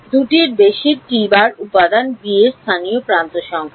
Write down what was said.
2 টির বেশি উপাদান b এর স্থানীয় প্রান্ত সংখ্যা